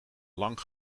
lang